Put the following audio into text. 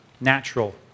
natural